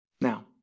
Now